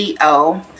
co